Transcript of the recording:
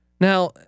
Now